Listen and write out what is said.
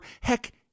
Heck